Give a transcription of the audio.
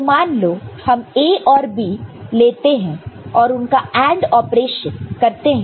तो मान लो हम A और B लेते हैं और उनका AND ऑपरेशन करते हैं